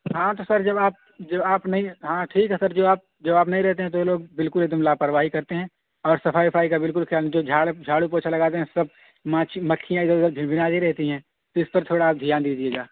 ہاں تو سر جب آپ جب آپ نہیں ہاں ٹھیک ہے سر جو آپ جب آپ نہیں رہتے ہیں تو یہ لوگ بالکل ایک دم لاپرواہی کرتے ہیں اور صفائی افائی کا بالکل خیال نہیں جو جھاڑو پوچھا لگاتے ہیں سب مکھیاں ادھر ادھر بھنبھناتی رہتی ہیں تو اس پر تھوڑا آپ دھیان دیجیے گا